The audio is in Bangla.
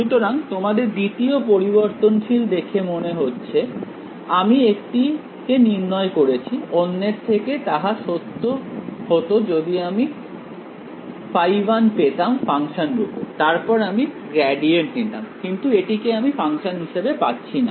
সুতরাং তোমাদের দ্বিতীয় পরিবর্তনশীল দেখে মনে হচ্ছে আমি একটি কে নির্ণয় করেছি অন্যের থেকে তাহা সত্য হত যদি আমি ϕ1 পেতাম ফাংশন রুপে তারপর আমি গ্রেডিয়েন্ট নিতাম কিন্তু এটিকে আমি ফাংশন হিসেবে পাচ্ছিনা